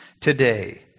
today